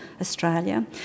Australia